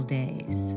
days